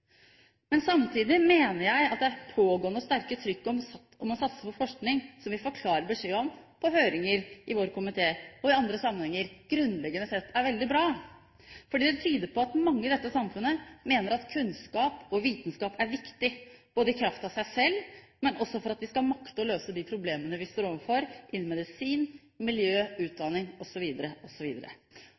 Men samtidig mener jeg at det pågående og sterke trykket om å satse på forskning, som vi får klar beskjed om på høringer i vår komité og i andre sammenhenger, grunnleggende sett er veldig bra, fordi det tyder på at mange i dette samfunnet mener at kunnskap og vitenskap er viktig, både i kraft av seg selv, og for at vi skal makte å løse de problemene vi står overfor innen medisin, miljø, utdanning,